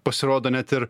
pasirodo net ir